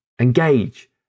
Engage